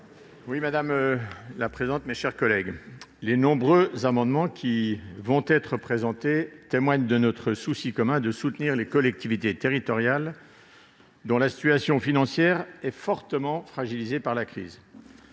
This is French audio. à M. le rapporteur général. Les nombreux amendements qui vont être présentés témoignent de notre souci commun de soutenir les collectivités territoriales, dont la situation financière est fortement fragilisée par la crise.